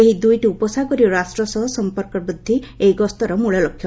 ଏହି ଦୁଇଟି ଉପସାଗରୀୟ ରାଷ୍ଟ୍ର ସହ ସମ୍ପର୍କ ବୃଦ୍ଧି ଏହି ଗସ୍ତର ମୂଳ ଲକ୍ଷ୍ୟ